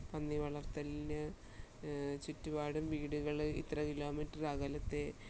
പന്നി വളർത്തലിന് ചുറ്റുപാടും വീടുകൾ ഇത്ര കിലോമീറ്റർ അകലത്തിൽ